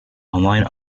online